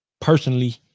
personally